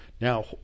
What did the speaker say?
Now